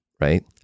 right